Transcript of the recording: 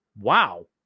Wow